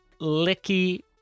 licky